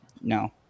no